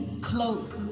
cloak